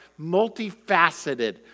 multifaceted